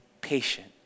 patient